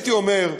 הייתי אומר,